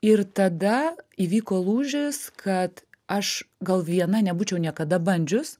ir tada įvyko lūžis kad aš gal viena nebūčiau niekada bandžius